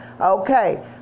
Okay